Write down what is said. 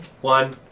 One